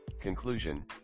Conclusion